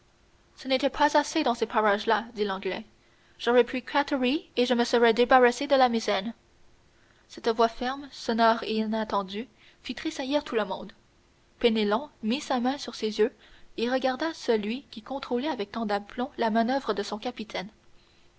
ce n'était pas assez dans ces parages là dit l'anglais j'aurais pris quatre ris et je me serais débarrassé de la misaine cette voix ferme sonore et inattendue fit tressaillir tout monde penelon mit sa main sur ses yeux et regarda celui qui contrôlait avec tant d'aplomb la manoeuvre de son capitaine